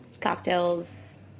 cocktails